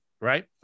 right